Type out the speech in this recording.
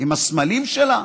עם הסמלים שלה.